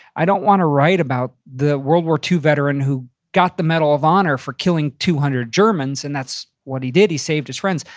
i don't wanna write about the world war ii veteran who got the medal of honor for killing two hundred germans, and that's what he did. he saved his friends.